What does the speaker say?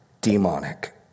demonic